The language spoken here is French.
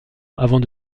avant